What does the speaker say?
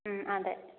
അതേ